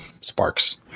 sparks